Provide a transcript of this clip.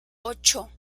ocho